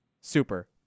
Super